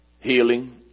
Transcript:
Healing